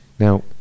Now